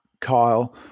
Kyle